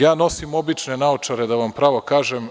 Ja nosim obične naočare, da vam pravo kažem.